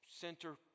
center